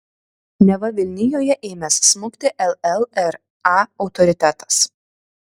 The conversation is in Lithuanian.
neva vilnijoje ėmęs smukti llra autoritetas